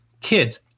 kids